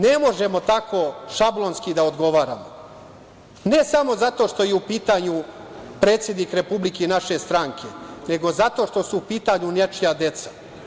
Ne možemo tako šablonski da odgovaramo, ne samo zato što je u pitanju predsednik Republike i naše stranke, nego zato što su u pitanju nečija deca.